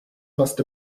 must